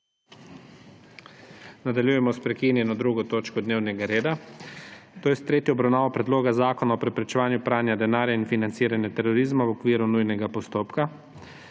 Nadaljujemo s prekinjeno 2. točko dnevnega reda, to je s tretjo obravnavo Predloga zakona o preprečevanju pranja denarja in financiranja terorizma v okviru nujnega postopka.